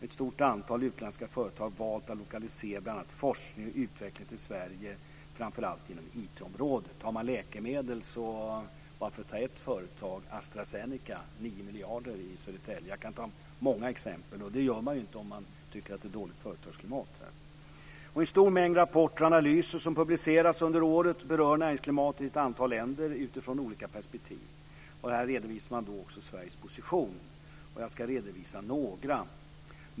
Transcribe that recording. Ett stort antal utländska företag har valt att lokalisera bl.a. forskning och utveckling till Sverige, framför allt inom IT-området. För att nämna bara ett läkemedelsföretag, står Astra Zeneca för 9 miljarder i Södertälje. Jag kan ta många exempel. Det gör man inte om man tycker att det är dåligt företagsklimat här. En stor mängd rapporter och analyser som publicerats under året berör näringsklimatet i ett antal länder utifrån olika perspektiv. Här redovisar man också Sveriges position, och jag ska redovisa några.